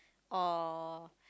oh